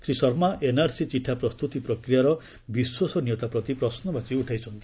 Shri Sharma NRC ଚିଠା ପ୍ରସ୍ତୁତ ପ୍ରକ୍ରିୟାର ବିଶ୍ୱନୀୟତା ପ୍ରତି ପ୍ରଶୁବାଚୀ ଉଠାଇଛନ୍ତି